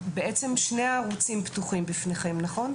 בעצם שני הערוצים פתוחים בפניכם, נכון?